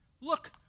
Look